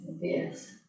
Yes